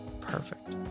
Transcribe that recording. perfect